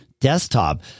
desktop